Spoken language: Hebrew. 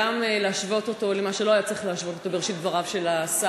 גם להשוות אותו למה שלא היה צריך להשוות אותו בראשית דבריו של השר,